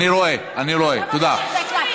אני אפשרתי הערה אחת, שתיים.